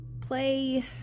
Play